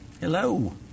Hello